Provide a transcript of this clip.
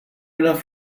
enough